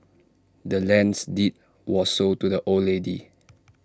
the land's deed was sold to the old lady